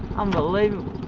unbelievable.